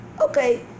Okay